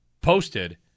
posted